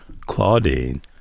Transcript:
Claudine